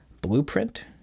blueprint